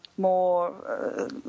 more